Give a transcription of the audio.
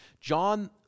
John